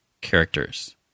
characters